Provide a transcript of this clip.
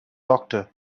doctor